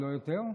לא יותר?